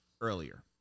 earlier